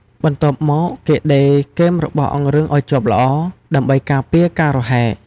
បន្ទាប់មកគេដេរគែមរបស់អង្រឹងឲ្យជាប់ល្អ ដើម្បីការពារការរហែក។